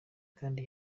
kandi